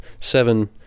seven